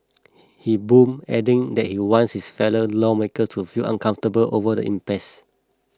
he boomed adding that he wants his fellow lawmakers to feel uncomfortable over the impasse